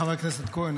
חבר הכנסת כהן,